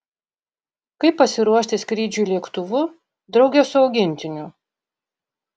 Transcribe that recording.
kaip pasiruošti skrydžiui lėktuvu drauge su augintiniu